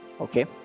okay